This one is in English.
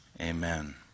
Amen